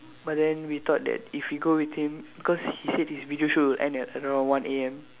but then we thought that if we go with him because he said his video shoot will end at around one A_M